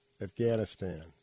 Afghanistan